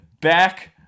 back